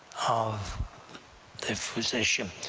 of the physician.